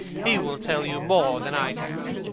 he will tell you more than i can.